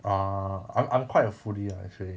err I'm I'm quite a foodie lah actually